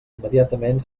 immediatament